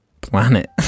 planet